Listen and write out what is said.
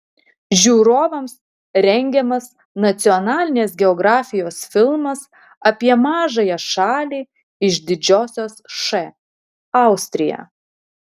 žiūrovams rengiamas nacionalinės geografijos filmas apie mažąją šalį iš didžiosios š austriją